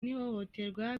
n’ihohoterwa